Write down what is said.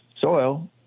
soil